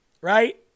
Right